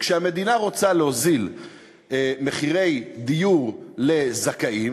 שכשהמדינה רוצה להוזיל דיור לזכאים,